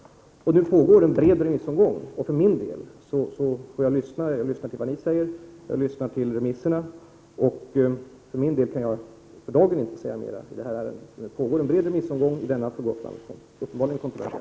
Nu pågår en bred remissomgång. Jag lyssnar till vad ni säger här, och jag lyssnar till remissinstanserna. Men för dagen kan jag inte säga mer i detta ärende.